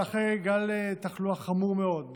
אבל זה אחרי גל תחלואה חמור מאוד.